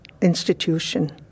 institution